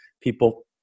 people